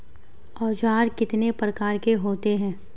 औज़ार कितने प्रकार के होते हैं?